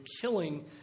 killing